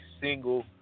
single